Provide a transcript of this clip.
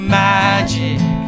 magic